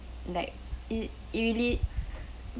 like it it really